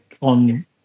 on